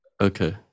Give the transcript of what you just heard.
Okay